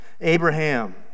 Abraham